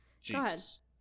Jesus